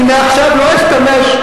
מה לא נכון?